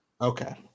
Okay